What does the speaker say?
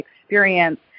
experience